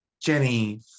Jenny